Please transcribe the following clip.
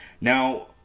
Now